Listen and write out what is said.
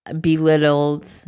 belittled